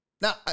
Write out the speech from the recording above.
Now